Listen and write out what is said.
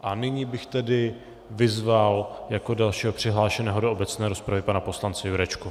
A nyní bych tedy vyzval jako dalšího přihlášeného do obecné rozpravy pana poslance Jurečku.